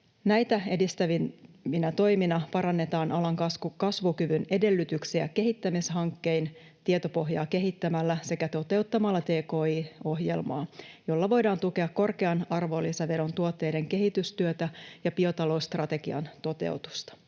Näitä edistävinä toimina parannetaan alan kasvukyvyn edellytyksiä kehittämishankkein, tietopohjaa kehittämällä sekä toteuttamalla tki-ohjelmaa, jolla voidaan tukea korkean arvonlisäveron tuotteiden kehitystyötä ja biotalousstrategian toteutusta.